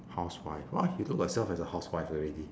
housewife !wah! you look yourself as a housewife already